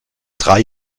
drei